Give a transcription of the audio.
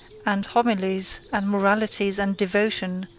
and homilies, and moralities, and devotion,